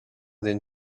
den